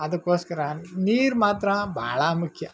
ಅದಕ್ಕೋಸ್ಕರ ನೀರು ಮಾತ್ರ ಭಾಳ ಮುಖ್ಯ